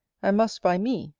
and must, by me,